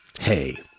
hey